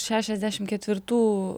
šešiasdešim ketvirtų